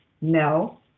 no